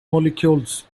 molecules